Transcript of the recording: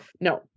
no